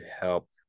help